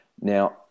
Now